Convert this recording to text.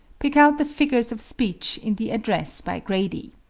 pick out the figures of speech in the address by grady,